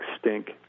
stink